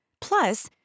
Plus